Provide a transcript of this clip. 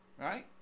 right